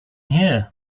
here